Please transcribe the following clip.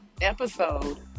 episode